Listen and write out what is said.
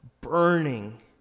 burning